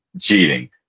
cheating